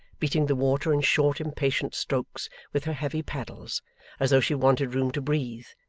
beating the water in short impatient strokes with her heavy paddles as though she wanted room to breathe,